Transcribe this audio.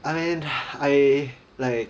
I mean I like